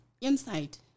Inside